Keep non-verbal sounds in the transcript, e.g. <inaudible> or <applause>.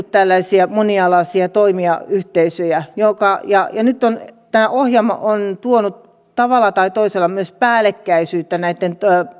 <unintelligible> tällaisia monialaisia toimijayhteisöjä ja nyt tämä ohjelma on tuonut tavalla tai toisella myös päällekkäisyyttä näitten